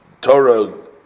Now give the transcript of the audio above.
Torah